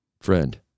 Friend